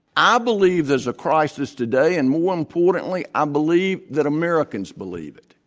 i believe there's a crisis today. and more importantly, i believe that americans believe it.